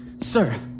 sir